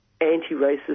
anti-racist